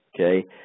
Okay